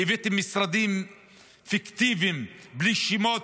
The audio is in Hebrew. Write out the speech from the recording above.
כי הבאתם משרדים פיקטיביים בלי שמות,